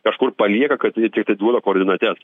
kažkur palieka kad tiktai duoda koordinates